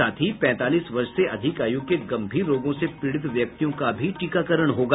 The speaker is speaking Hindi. साथ ही पैंतालीस वर्ष से अधिक आयु के गंभीर रोगों से पीड़ित व्यक्तियों का भी टीकाकरण होगा